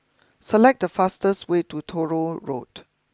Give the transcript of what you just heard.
select the fastest way to Tronoh Road